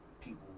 people